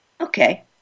Okay